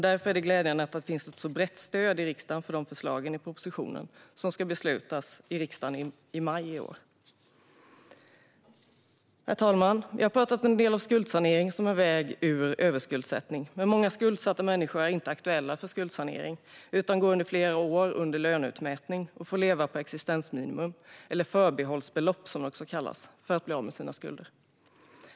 Därför är det glädjande att det finns ett så brett stöd i riksdagen för förslagen i propositionen, som riksdagen ska fatta beslut om i maj i år. Herr talman! Jag har pratat en del om skuldsanering som en väg ur överskuldsättning. Men många skuldsatta människor är inte aktuella för skuldsanering utan går under flera år under löneutmätning och får leva på existensminimum, eller förbehållsbelopp som det också kallas, för att bli av med sina skulder.